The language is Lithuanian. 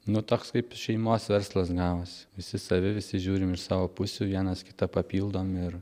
nu toks kaip šeimos verslas gavosi visi savi visi žiūrim savo pusių vienas kitą papildom ir